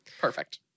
Perfect